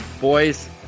Boys